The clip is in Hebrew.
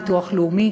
ביטוח לאומי,